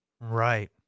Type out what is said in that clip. Right